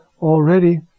already